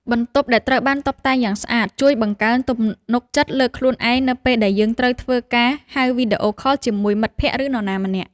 បន្ទប់ដែលត្រូវបានតុបតែងយ៉ាងស្អាត ជួយបង្កើនទំនុកចិត្តលើខ្លួនឯងនៅពេលដែលយើងត្រូវធ្វើការហៅវីដេអូខលជាមួយមិត្តភក្តិ ឬនរណាម្នាក់។